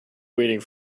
waiting